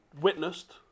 witnessed